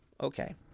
Okay